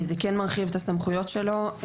זה כן מרחיב את הסמכויות שלו.